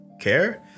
care